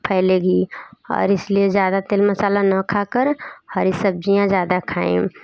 फैलेगी और इस लिए ज़्यादातर मसाला ना खा कर हरी सब्ज़ियाँ ज़्यादा खाएं